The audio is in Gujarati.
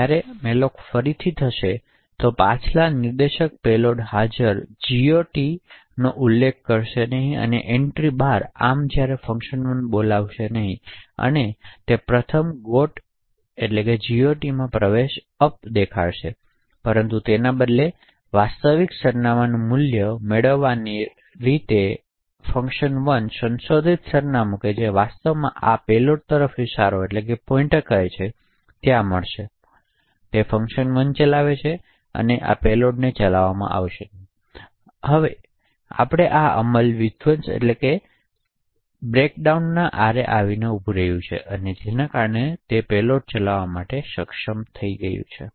હવે જ્યારે malloc ફરી થશે જે પાછા નિર્દેશક પેલોડ હાજર GOT ની એન્ટ્રી 12 છે આમ જ્યારે fun1 બોલાવી ત્યારે તે પ્રથમ ગોટ પ્રવેશ અપ દેખાશે પરંતુ તેના બદલે સરનામા વાસ્તવિક મૂલ્ય fun1 સંશોધિત સરનામા જે વાસ્તવમાં આમ પેલોડ તરફ ઇશારો છે જ્યારે fun1 ચલાવે તે આ પેલોડ ચલાવવામાં આવશે કે હશે આમ આપણે અમલ વિધ્વંસની આરે લાવીને ઉભું અને તેનો ઉપયોગ પેલોડ ચલાવવા માટે થઇ શકે છે